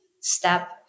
step